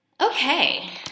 Okay